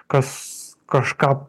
kas kažką